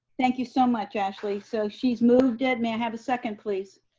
thank you so much, ashley. so she's moved it, may i have a second please?